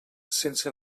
sense